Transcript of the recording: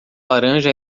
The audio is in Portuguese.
laranja